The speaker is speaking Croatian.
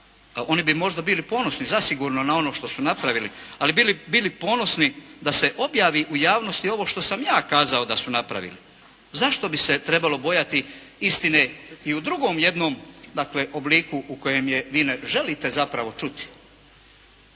oni bi možda bili ponosni zasigurno na ono što su napravili. Ali bi li bili ponosni da se objavi u javnosti ovo što sam ja kazao da su napravili? Zašto bi se trebalo bojati istine i u drugom jednom dakle obliku u kojem je vi ne želite zapravo čuti?